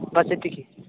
ହଁ ସେତିକି